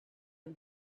and